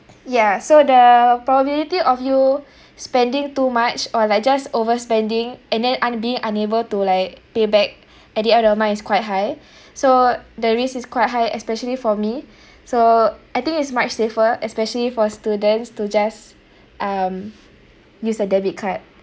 ya so the probability of you spending too much or like just overspending and then un~ being unable to like pay back at the end of the month is quite high so the risk is quite high especially for me so I think it's much safer especially for students to just um use a debit card